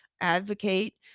advocate